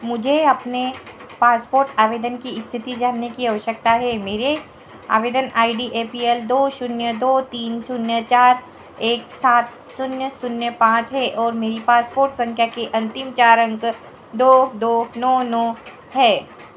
मुझे अपने पासपोर्ट आवेदन की इस्थिति जानने की अवश्यकता है मेरे आवेदन I D A P L दो शून्य दो तीन शून्य चार एक सात शून्य शून्य पाँच है और मेरी पासपोर्ट सँख्या के अन्तिम चार अंक दो दो नौ नौ है